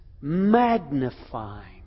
magnifying